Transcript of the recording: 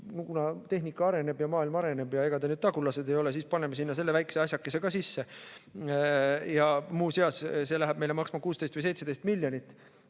kuna tehnika areneb ja maailm areneb ja ega te nüüd tagurlased ei ole, siis paneme sinna selle väikese asjakese ka sisse. Ja muuseas, see läheb meile maksma 16 või 17 miljonit,